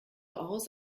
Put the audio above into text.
aus